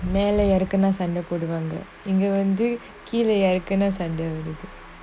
மேலயாருக்குனாசண்டைபோடுவாங்கஇங்கவந்துகீழயாருக்குனாசண்டைவரும்:mela yarukuna sanda poduvanga vanga keela yarukuna sanda varum already